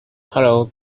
hello